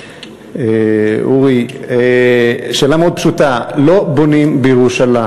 אורי שאלה מאוד פשוטה: לא בונים בירושלים.